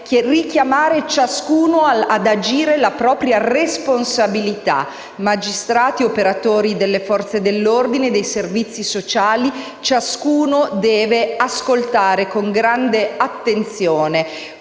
richiamare ciascuno ad assumersi la propria responsabilità: magistrati, operatori delle Forze dell'ordine e dei servizi sociali. Ciascuno deve ascoltare con grande attenzione,